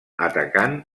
atacant